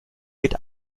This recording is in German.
geht